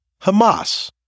Hamas